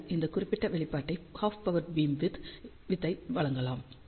பின்னர் இந்த குறிப்பிட்ட வெளிப்பாட்டால் ஹாஃப் பவர் பீம் விட்த் ஐ வழங்கலாம்